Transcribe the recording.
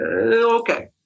Okay